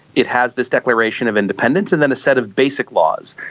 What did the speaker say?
it has this declaration of independence and then a set of basic laws.